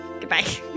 goodbye